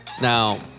Now